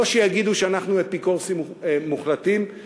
לא שיגידו שאנחנו אפיקורסים מוחלטים,